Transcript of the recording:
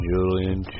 Julian